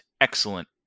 excellent